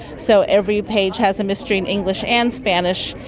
so every page has a mystery in english and spanish,